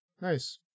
Nice